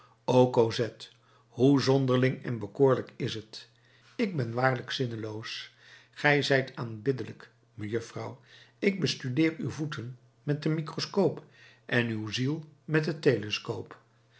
o cosette hoe zonderling en bekoorlijk is het ik ben waarlijk zinneloos gij zijt aanbiddelijk mejuffrouw ik bestudeer uw voeten met den microscoop en uw ziel met den